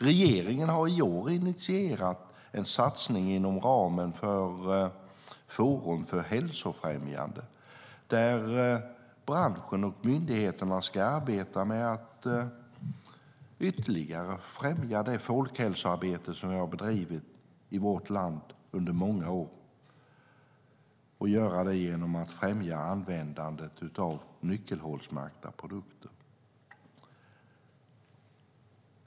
Regeringen har i år initierat en satsning inom ramen för Forum för hälsofrämjande, där branschen och myndigheterna ska arbeta med att ytterligare främja det folkhälsoarbete som vi har bedrivit i vårt land under många år och göra det genom att främja användandet av nyckelhålsmärkta produkter.